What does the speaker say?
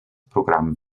programm